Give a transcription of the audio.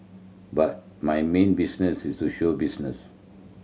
but my main business is show business